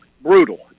brutal